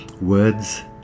words